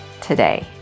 today